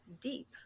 deep